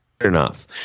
enough